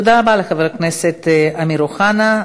תודה רבה לחבר הכנסת אמיר אוחנה.